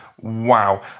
wow